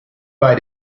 bei